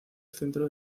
centro